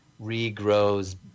regrows